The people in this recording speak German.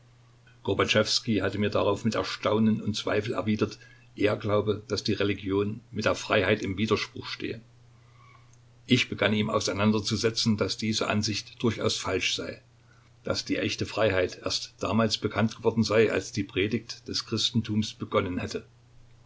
hatte mir darauf mit erstaunen und zweifel erwidert er glaube daß die religion mit der freiheit im widerspruch stehe ich begann ihm auseinanderzusetzen daß diese ansicht durchaus falsch sei daß die echte freiheit erst damals bekannt geworden sei als die predigt des christentums begonnen hätte